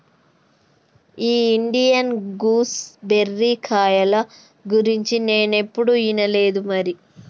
ఈ Indian gooseberry కాయల గురించి నేనేప్పుడు ఇనలేదు మరి